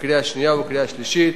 בקריאה השנייה ובקריאה השלישית,